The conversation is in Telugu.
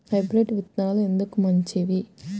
హైబ్రిడ్ విత్తనాలు ఎందుకు మంచివి?